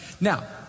Now